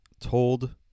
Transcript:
told